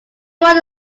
won